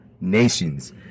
nations